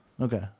Okay